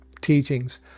teachings